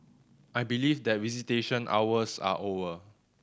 I believe that visitation hours are over